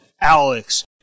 Alex